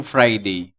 Friday